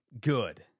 good